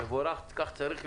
מבורך, כך צריך להיות,